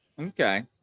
Okay